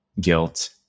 guilt